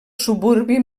suburbi